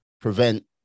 prevent